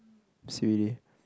C_B_D